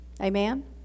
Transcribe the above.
Amen